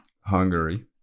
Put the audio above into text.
Hungary